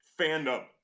fandom